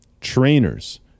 trainers